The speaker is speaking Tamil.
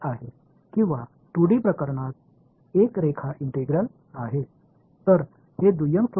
எனவே இவை பொருளின் மேற்பரப்பில் இருக்கும் இரண்டாம் நிலை மூலங்களைப் போன்றவை